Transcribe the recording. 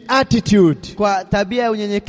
attitude